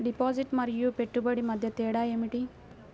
Deposit మరియు పెట్టుబడి మధ్య తేడా ఏమిటి?